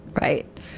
Right